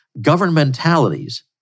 governmentalities